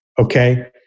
okay